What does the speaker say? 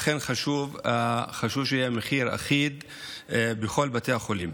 לכן חשוב שיהיה מחיר אחיד בכל בתי החולים.